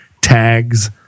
tags